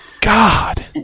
god